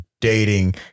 dating